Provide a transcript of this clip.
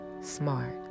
smart